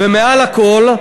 ומעל הכול,